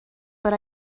but